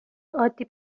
عادی